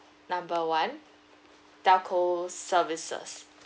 number one telco services